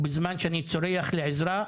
ובזמן שאני צורח לעזרה,